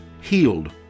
healed